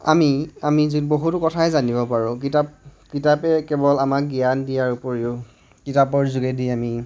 আমি আমি বহুতো কথাই জানিব পাৰোঁ কিতাপ কিতাপে কেৱল আমাক জ্ঞান দিয়াৰ উপৰিও কিতাপৰ যোগেদি আমি